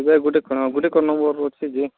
ଯେ ଗୋଟେ କ'ଣ ଗୋଟେ ଏକ ନମ୍ୱର୍ ଅଛି ଯେ